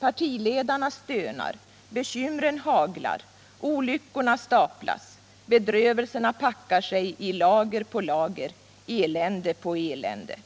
Partiledarna stönar. Bekymren haglar. Olyckorna staplas. Bedrövelserna packar sig, i lager på lager, elände på elände.